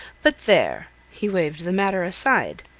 but there! he waved the matter aside.